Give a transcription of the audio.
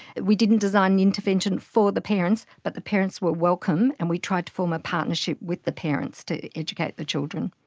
we didn't design an intervention for the parents, but the parents were welcome and we tried to form a partnership with the parents to educate the children.